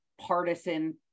partisan